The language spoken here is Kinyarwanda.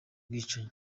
bwicanyi